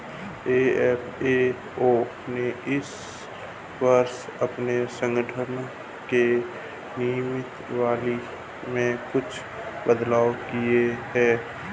FAO ने इस वर्ष अपने संगठन के नियमावली में कुछ बदलाव किए हैं